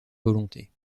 volontés